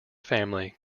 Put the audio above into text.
family